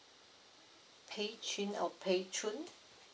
pei chin or pei chun